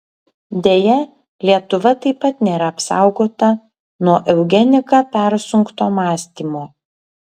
deja lietuva taip pat nėra apsaugota nuo eugenika persunkto mąstymo